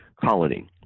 colony